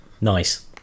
Nice